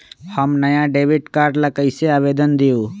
हम नया debit card ला कईसे आवेदन दिउ?